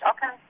Okay